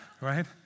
right